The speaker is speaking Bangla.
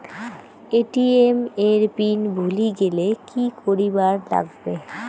এ.টি.এম এর পিন ভুলি গেলে কি করিবার লাগবে?